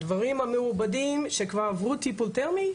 הדברים המעובדים שכבר עברו טיפול תרמי,